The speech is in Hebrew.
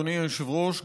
אדוני היושב-ראש,